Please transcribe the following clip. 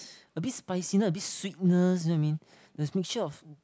a bit spiciness a bit sweetness you know what I mean there's mixture of